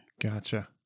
Gotcha